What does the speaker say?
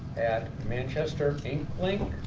at manchester inc.